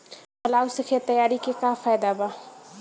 Plough से खेत तैयारी के का फायदा बा?